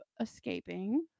escaping